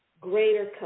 greater